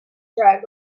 drag